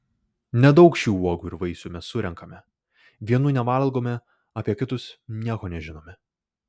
nedaug šių uogų ir vaisių mes surenkame vienų nevalgome apie kitus nieko nežinome